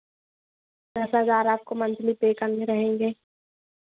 दस हज़ार आपको मंथली पे करने रहेंगे